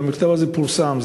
והמכתב הזה פורסם,